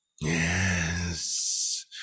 yes